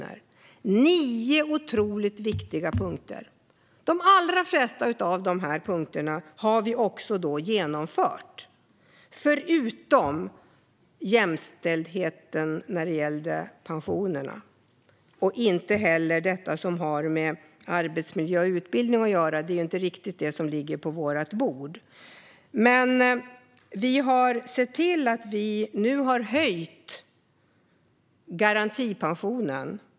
Det här var nio otroligt viktiga punkter, och åtgärder för de allra flesta har vi vidtagit - alla förutom jämställdheten när det gäller pensionerna och det som har med arbetsmiljö och utbildning att göra eftersom det inte riktigt ligger på vårt bord. Vi har sett till att höja garantipensionen.